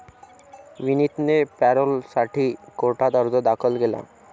विनीतने पॅरोलसाठी कोर्टात अर्ज दाखल केला